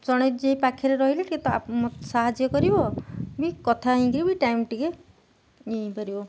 ଜଣେ ଯିଏ ପାଖରେ ରହିଲେ ଟିକେ ମୋତେ ସାହାଯ୍ୟ କରିବ ବି କଥା ହେଇକିରି ବି ଟାଇମ୍ ଟିକେ ନେଇପାରିବ